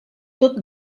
tot